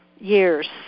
years